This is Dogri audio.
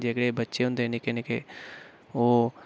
जेह्ड़े बच्चे होंदे निक्के निक्के ओह्